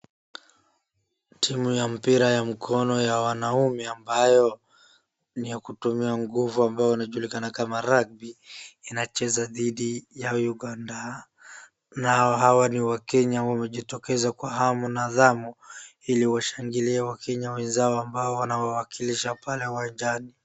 Timu ya mpira ya mkono ya wanaume ambayo ni ya kutumia nguvu ambayo inajulikana kama rugby inacheza dhidi ya Uganda. Nao hawa ni Wakenya wamejitokeza kwa hamu na thamu ili washangilie Wakenya wenzao ambao wanaowawakilisha pale uwanjani.